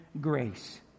grace